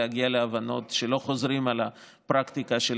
להגיע להבנות שלא חוזרים על הפרקטיקה של